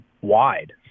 wide